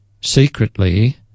Secretly